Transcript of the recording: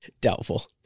Doubtful